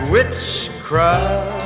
Witchcraft